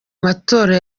matora